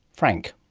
frank.